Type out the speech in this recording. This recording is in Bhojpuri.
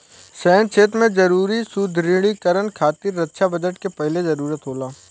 सैन्य क्षेत्र में जरूरी सुदृढ़ीकरन खातिर रक्षा बजट के पहिले जरूरत होला